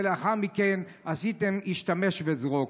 ולאחר מכן עשיתם השתמש וזרוק.